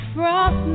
Frost